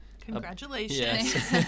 Congratulations